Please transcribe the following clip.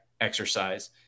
exercise